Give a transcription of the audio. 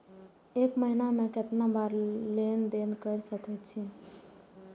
एक महीना में केतना बार लेन देन कर सके छी?